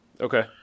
Okay